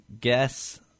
guess